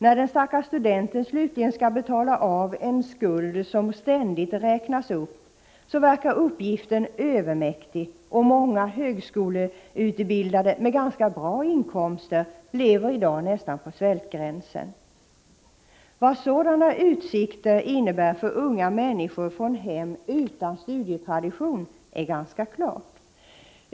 När den stackars studenten slutligen skall betala av en skuld som ständigt räknas upp verkar uppgiften övermäktig, och många högskoleutbildade med ganska bra inkomster lever i dag nästan på svältgränsen. Vad sådana utsikter innebär för unga människor från hem utan studietradition är ganska klart.